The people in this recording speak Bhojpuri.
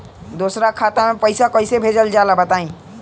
दोसरा खाता में पईसा कइसे भेजल जाला बताई?